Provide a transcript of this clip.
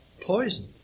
poison